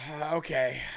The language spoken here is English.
okay